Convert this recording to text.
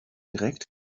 direkt